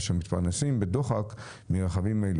אשר מתפרנסים בדוחק מרכבים אלה.